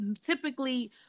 typically